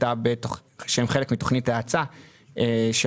שהן חלק מתוכנית ההאצה 852,